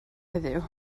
heddiw